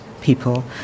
people